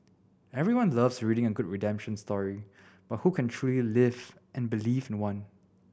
everyone loves reading a good redemption story but who can truly live and believe in one